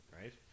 right